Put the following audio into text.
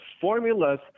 formulas